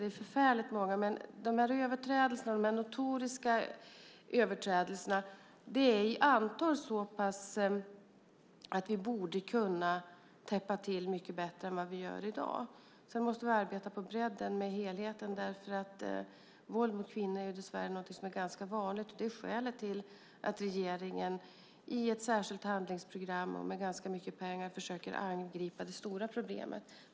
Det är förfärligt många, men de notoriska överträdelserna är i antal så pass få att vi borde kunna täppa till mycket bättre än vad vi gör i dag. Och sedan måste vi arbeta på bredden med helheten, därför att våld mot kvinnor är dessvärre någonting som är ganska vanligt. Det är skälet till att regeringen i ett särskilt handlingsprogram och med ganska mycket pengar försöker angripa det stora problemet.